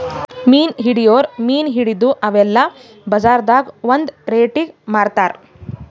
ಮೀನ್ ಹಿಡಿಯೋರ್ ಮೀನ್ ಹಿಡದು ಅವೆಲ್ಲ ಬಜಾರ್ದಾಗ್ ಒಂದ್ ರೇಟಿಗಿ ಮಾರ್ತಾರ್